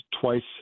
twice